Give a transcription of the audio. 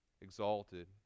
exalted